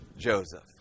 joseph